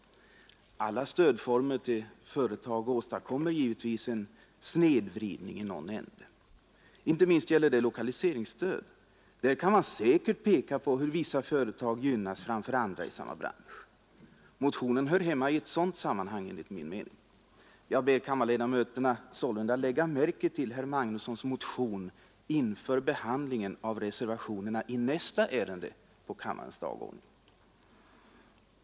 Alla stödformer till företag åstadkommer givetvis en snedvridning i någon ände. Inte minst gäller detta lokaliseringsstöd. Där kan man säkert visa på hur vissa företag gynnas framför andra i samma bransch. Enligt min mening hör motionen hemma i sådana sammanhang. Jag ber sålunda kammarens ledamöter lägga märke till herr Magnussons motion inför behandlingen av reservationerna i nästa ärende på kammarens dagordning.